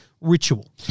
ritual